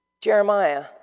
Jeremiah